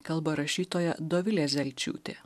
kalba rašytoja dovilė zelčiūtė